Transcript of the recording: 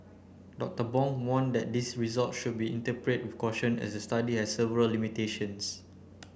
Doctor Bong warned that these results should be interpreted with caution as the study has several limitations